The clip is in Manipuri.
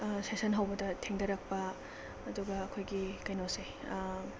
ꯁꯦꯁꯟ ꯍꯧꯕꯗ ꯊꯦꯡꯗꯔꯛꯄ ꯑꯗꯨꯒ ꯑꯩꯈꯣꯏꯒꯤ ꯀꯩꯅꯣꯁꯦ